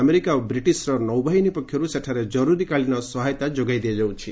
America ଓ ବ୍ରିଟିଶର ନୌବାହିନୀ ପକ୍ଷରୁ ସେଠାରେ କରୁରୀକାଳୀନ ସହାୟତା ଯୋଗାଇ ଦିଆଯାଉଛି